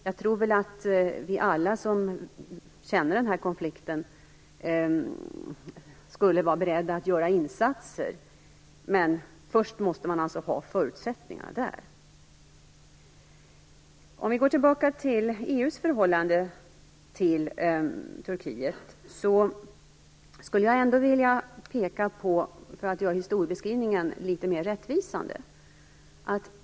Jag tror att alla vi som känner den här konflikten skulle vara beredda att göra insatser, men först måste det alltså finnas förutsättningar. Om vi går tillbaka till EU:s förhållande till Turkiet skulle jag vilja peka på något för att göra historieskrivningen litet mer rättvisande.